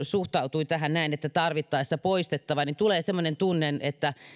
suhtautuivat tähän näin että tarvittaessa poistettava tulee semmoinen tunne